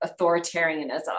authoritarianism